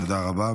תודה רבה.